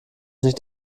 nicht